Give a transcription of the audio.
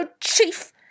chief